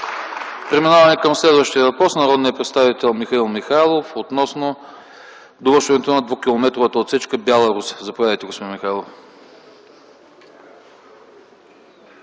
Преминаваме към следващия въпрос на народния представител Михаил Михайлов относно довършването на 2-километровата отсечка Бяла-Русе. Заповядайте, господин Михайлов.